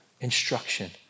instruction